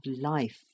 life